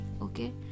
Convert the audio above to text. okay